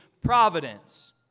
providence